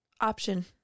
option